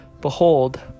Behold